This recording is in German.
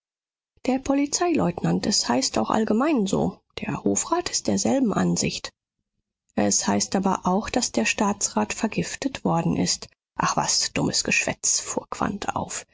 der polizeileutnant es heißt auch allgemein so der hofrat ist derselben ansicht es heißt aber auch daß der staatsrat vergiftet worden ist ach was dummes geschwätz fuhr quandt auf